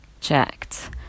checked